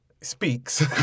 speaks